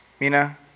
Mina